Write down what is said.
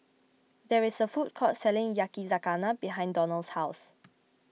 there is a food court selling Yakizakana behind Donnell's house